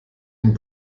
ihm